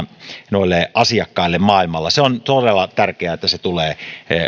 noille asiakkaille maailmalla se on todella tärkeää että se tulee